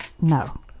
no